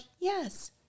yes